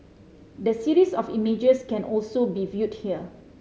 the series of images can also be viewed here